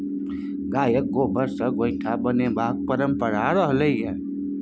गायक गोबर सँ गोयठा बनेबाक परंपरा रहलै यै